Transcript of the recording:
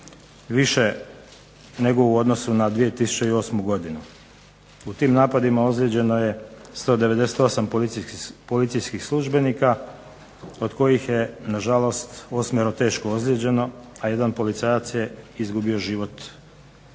više nego u odnosu na 2008. godinu. U tim napadima ozlijeđeno je 198 policijskih službenika od kojih je, nažalost, 8 teško ozlijeđeno, a 1 policajac je izgubio život u službi.